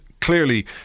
clearly